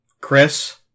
Chris